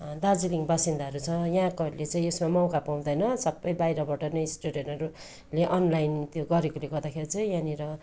दार्जिलिङ बासिन्दाहरू छ यहाँकोहरूले चाहिँ यसमा मौका पाउँदैन सबै बाहिरबाट नै स्टुडेन्टहरूले अनलाइन त्यो गरेकोले गर्दाखेरि चाहिँ यहाँनिर